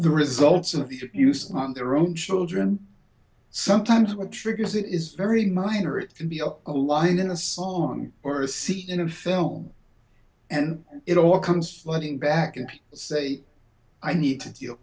the results of the use not their own children sometimes what triggers it is very minor it can be a line in a song or see in a film and it all comes flooding back and say i need to deal